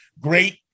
great